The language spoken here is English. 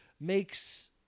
makes